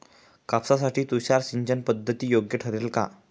कापसासाठी तुषार सिंचनपद्धती योग्य ठरेल का?